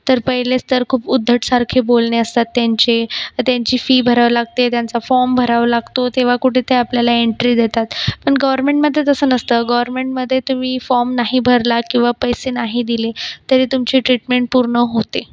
तर पहिलेच तर खूप उद्धटसारखे बोलणे असतात त्यांचे त्यांची फी भरावी लागते त्यांचा फॉर्म भरावा लागतो तेव्हा कुठे ते आपल्याला एन्ट्री देतात पण गवरमेंटमध्ये तसं नसतं गवरमेंटमध्ये तुम्ही फॉर्म नाही भरलात किंवा पैसे नाही दिले तरी तुमची ट्रीटमेंट पूर्ण होते